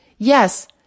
Yes